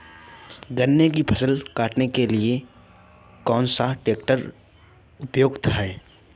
गन्ने की फसल को काटने के लिए कौन सा ट्रैक्टर उपयुक्त है?